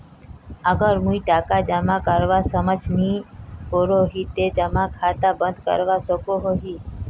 अगर मुई टका जमा करवात सक्षम नी करोही ते जमा खाता बंद करवा सकोहो ही?